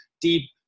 deep